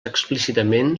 explícitament